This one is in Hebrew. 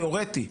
תיאורטי,